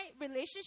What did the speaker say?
relationship